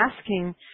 asking